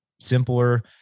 simpler